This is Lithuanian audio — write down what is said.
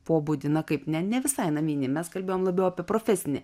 pobūdį na kaip ne ne visai naminį mes kalbėjom labiau apie profesinį